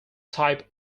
type